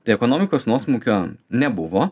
tai ekonomikos nuosmukio nebuvo